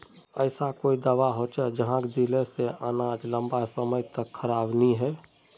ऐसा कोई दाबा होचे जहाक दिले से अनाज लंबा समय तक खराब नी है?